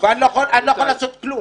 ואני לא יכול לעשות דבר?